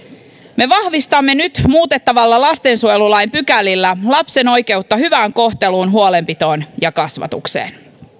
me vahvistamme nyt muutettavilla lastensuojelulain pykälillä lapsen oikeutta hyvään kohteluun huolenpitoon ja kasvatukseen